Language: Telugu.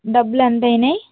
డబ్బులు ఎంత అయినాయి